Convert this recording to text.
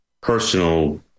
personal